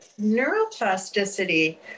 neuroplasticity